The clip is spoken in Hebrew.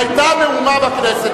היתה מהומה בכנסת.